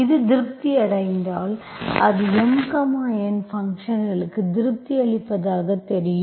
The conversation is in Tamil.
இது திருப்தி அடைந்தால் அது MN ஃபங்க்ஷன்களுக்கு திருப்தி அளிப்பதாக தெரியும்